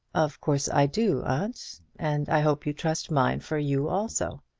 of course i do, aunt and i hope you trust mine for you also.